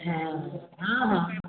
हँ हँ हँ